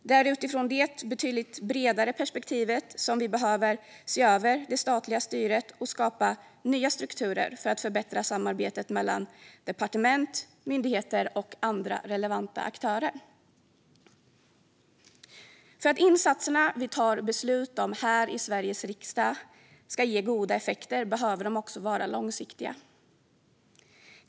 Det är utifrån detta betydligt bredare perspektiv som vi behöver se över det statliga styret och skapa nya strukturer för att förbättra samarbetet mellan departement, myndigheter och andra relevanta aktörer. För att de insatser som vi tar beslut om här i Sveriges riksdag ska ge goda effekter behöver de vara långsiktiga.